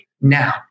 now